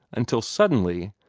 until suddenly,